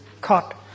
caught